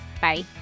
Bye